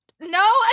No